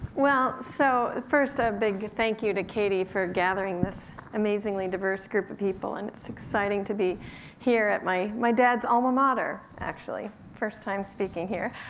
well, so first, a big thank you to katy for gathering this amazingly diverse group of people, and it's exciting to be here at my my dad's alma mater, actually. first time speaking here.